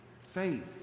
faith